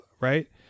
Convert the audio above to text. right